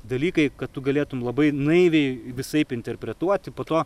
dalykai kad tu galėtum labai naiviai visaip interpretuoti po to